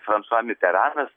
fransua miteranas